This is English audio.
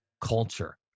culture